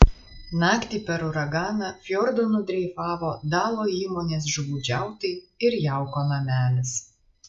naktį per uraganą fjordu nudreifavo dalo įmonės žuvų džiautai ir jauko namelis